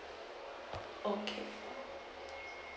okay